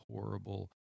horrible